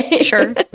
Sure